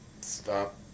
stop